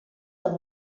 del